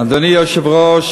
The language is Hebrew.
אדוני היושב-ראש,